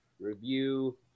review